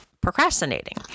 procrastinating